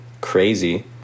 Crazy